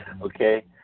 okay